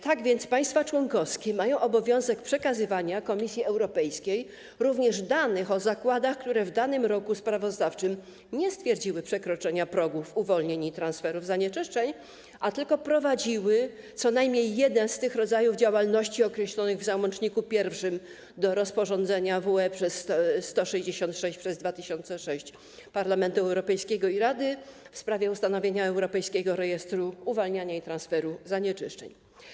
Tak więc państwa członkowskie mają obowiązek przekazywania Komisji Europejskiej również danych o zakładach, które w danym roku sprawozdawczym nie stwierdziły przekroczenia progów uwolnień i transferów zanieczyszczeń, a tylko prowadziły co najmniej jeden z tych rodzajów działalności określonych w załączniku I do rozporządzenia (WE) nr 166/2006 Parlamentu Europejskiego i Rady w sprawie ustanowienia Europejskiego Rejestru Uwalniania i Transferu Zanieczyszczeń.